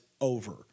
over